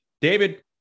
David